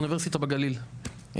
אוניברסיטה בגליל,